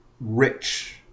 rich